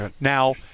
Now